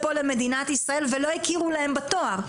הגיעו לפה למדינת ישראל ולא הכירו להם בתואר.